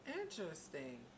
interesting